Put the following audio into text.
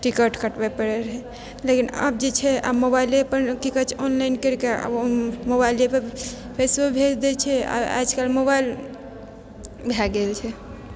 ticket कटबै पड़ै रहै लेकिन आब जे छै आब मोबाइलेपर की कहै छै ऑनलाइन करिके मोबाइल जाइपर पैसो भेज दै छै आजकल मोबाइल भए गेल छै